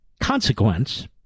consequence